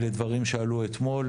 אלה דברים שעלו אתמול.